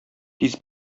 тиз